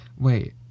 Wait